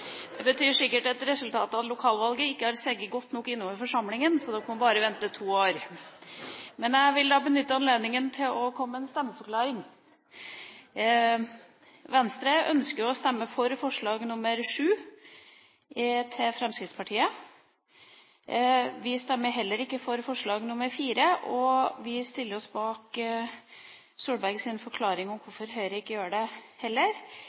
Det betyr sikkert at resultatet av lokalvalget ikke har seget godt nok inn over forsamlinga, så dere må bare vente to år. Men jeg vil benytte anledninga til å komme med en stemmeforklaring. Venstre ønsker å stemme for forslag nr. 7, fra Fremskrittspartiet. Vi stemmer ikke for forslag nr. 4, og vi stiller oss bak Solbergs forklaring på hvorfor Høyre heller ikke gjør det,